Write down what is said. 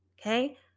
okay